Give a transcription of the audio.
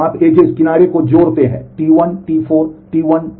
तो आप किनारे को जोड़ते हैं T1 T4 T1 T4